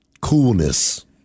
coolness